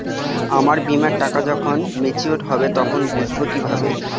আমার বীমার টাকা যখন মেচিওড হবে তখন বুঝবো কিভাবে?